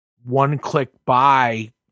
one-click-buy